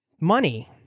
money